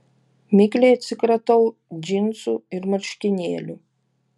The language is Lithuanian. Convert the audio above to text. mikliai atsikratau džinsų ir marškinėlių